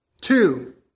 Two